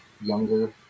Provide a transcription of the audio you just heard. younger